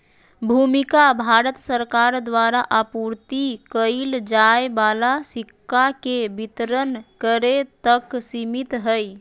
भूमिका भारत सरकार द्वारा आपूर्ति कइल जाय वाला सिक्का के वितरण करे तक सिमित हइ